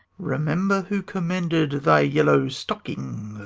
remember who commended thy yellow stockings